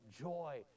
joy